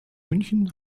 münchen